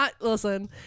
listen